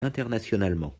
internationalement